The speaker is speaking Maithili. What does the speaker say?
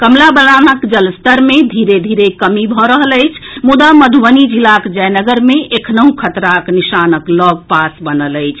कमला बलानक जलस्तर मे धीरे धीरे कमी भऽ रहल अछि मुदा मधुबनी जिलाक जयनगर मे एखनहूं खतराक निशानक लऽग पास बनल अछि